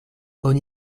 oni